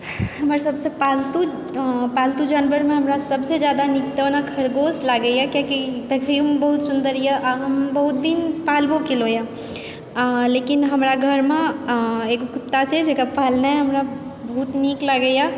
हमर सबसँ पालतू पालतू जानवरमे हमरा सबसँ जादा नीक तऽ ओना खरगोश लागैए किएक कि देखहोमे बहुत सुन्दर यऽ आओर हम बहुत दिन पालबो कयलहुँ यऽ आओर लेकिन हमरा घरमे एगो कुत्ता छै जकरा पालनाइ हमरा बहुत नीक लागैए